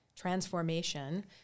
transformation